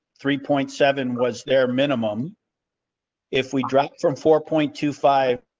three point seven was their minimum if we drop from four point two five.